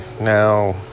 now